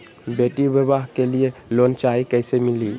बेटी ब्याह के लिए लोन चाही, कैसे मिली?